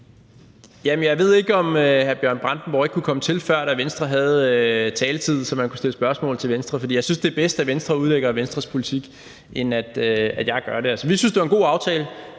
Jamen jeg ved ikke, om hr. Bjørn Brandenborg ikke kunne komme til før, da Venstre havde taletiden, så man kunne stille spørgsmål til Venstre. For jeg synes, det er bedst, at Venstre udlægger Venstres politik, i stedet for at jeg gør det. Altså, vi syntes, det var en god aftale,